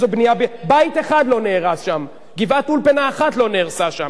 בית אחד לא נהרס שם, גבעת-אולפנה אחת לא נהרסה שם.